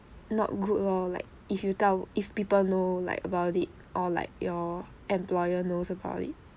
not good lor like if you tell if people know like about it or like your employer knows about it